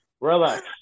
Relax